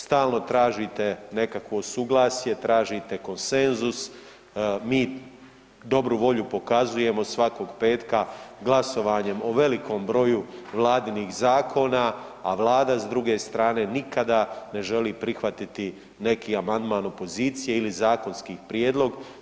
Stalno tražite nekakvo suglasje, tražite konsenzus, mi dobru volju pokazujemo svakog petka glasovanjem o velikom broju vladinih zakona, a vlada s druge strane nikada ne želi prihvatiti neki amandman opozicije ili zakonski prijedlog.